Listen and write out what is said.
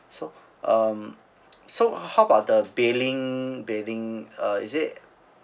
so um so how about the billing billing uh is it